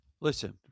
Listen